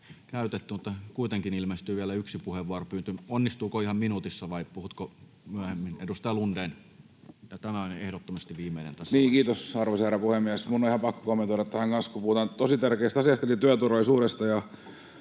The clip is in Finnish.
käytetty, mutta kuitenkin ilmestyi vielä yksi puheenvuoropyyntö. Onnistuuko ihan minuutissa, vai puhutko myöhemmin? — Edustaja Lundén, ja tämä on ehdottomasti viimeinen tässä vaiheessa. Kiitos, arvoisa herra puhemies! Minun on ihan pakko kommentoida tähän kanssa, kun puhutaan tosi tärkeästä asiasta eli työturvallisuudesta.